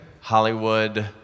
hollywood